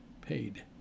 paid